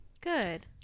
good